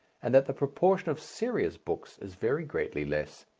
and that the proportion of serious books is very greatly less.